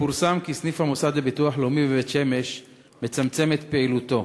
פורסם כי סניף המוסד לביטוח לאומי בבית-שמש מצמצם את פעילותו.